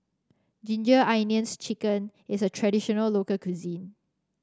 Ginger Onions chicken is a traditional local cuisine